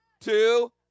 two